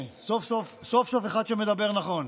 הינה, סוף-סוף אחד שמדבר נכון.